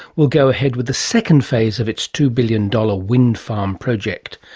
will go ahead with the second phase of its two billion dollars wind farm project.